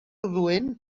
roent